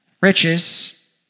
Riches